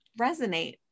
resonate